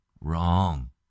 Wrong